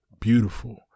beautiful